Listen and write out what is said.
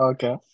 Okay